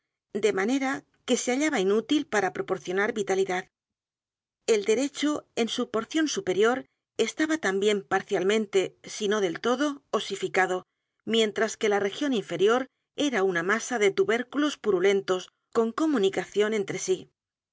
de manera que se hallaba inútil p a r a proporcionar vitalidad el derecho en su porción superior estaba también parcialmente sino del todo osificado mientras que la región inferior era una masa de tubérculos purulentos con comunicación entre sí